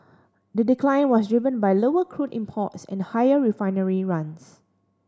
the decline was driven by lower crude imports and higher refinery runs